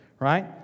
right